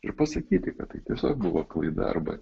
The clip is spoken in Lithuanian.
ir pasakyti kad tai tiesiog buvo klaida arba